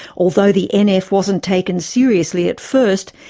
although the nf wasn't taken seriously at first,